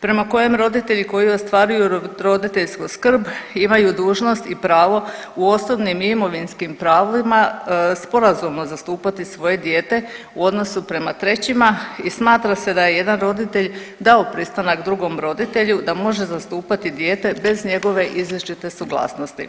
prema kojem roditelji koji ostvaruju roditeljsku skrb imaju dužnost i pravo u osobnim i imovinskim pravima sporazumno zastupati svoje dijete u odnosu prema trećima i smatra se da je jedan roditelj dao pristanak drugom roditelju da može zastupati dijete bez njegove izričite suglasnosti.